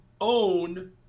own